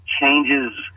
changes